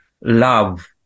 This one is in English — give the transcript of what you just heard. love